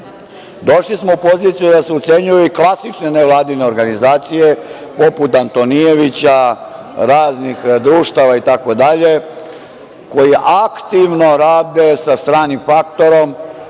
Došli smo u poziciju da nas ucenjuje i klasična nevladine organizacije, poput Antonijevića, raznih društava itd, koji aktivno rade sa stranim faktorom,